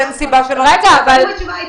אין סיבה שלא נצפה בהם.